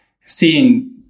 seeing